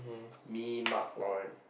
me Mark Roy